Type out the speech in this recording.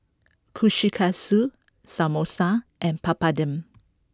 Kushikatsu Samosa and Papadum